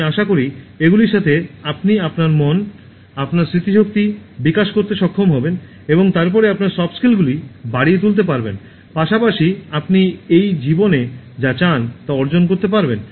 আমি আশা করি এগুলির সাথে আপনি আপনার মন আপনার স্মৃতিশক্তি বিকাশ করতে সক্ষম হবেন এবং তারপরে আপনার সফট স্কিলগুলি বাড়িয়ে তুলতে পারবেন পাশাপাশি আপনি এই জীবনে যা চান তা অর্জন করতে পারবেন